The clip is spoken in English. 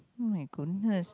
oh-my-goodness